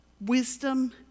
wisdom